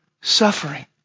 suffering